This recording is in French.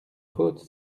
faute